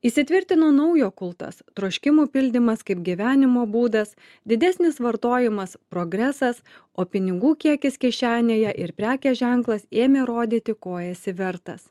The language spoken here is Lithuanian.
įsitvirtino naujo kultas troškimų pildymas kaip gyvenimo būdas didesnis vartojimas progresas o pinigų kiekis kišenėje ir prekės ženklas ėmė rodyti ko esi vertas